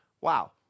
Wow